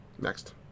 Next